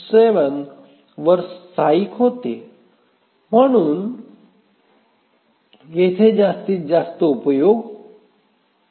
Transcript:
7 वर स्थायिक होते म्हणून जास्तीत जास्त उपयोग 0